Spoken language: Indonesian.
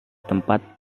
tempat